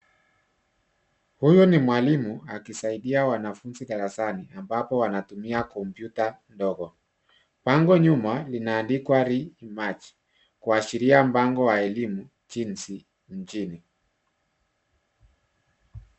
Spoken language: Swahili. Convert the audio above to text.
Huyu ni mwalimu akisaidia wanafunzi darasani ambapo wanatumia kompyuta ndogo. Bango nyuma limeandikwa rematch kuashiria mpango wa elimu jinsi mjini.